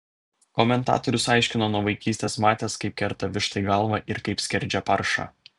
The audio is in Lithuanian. komentatorius aiškino nuo vaikystės matęs kaip kerta vištai galvą ir kaip skerdžia paršą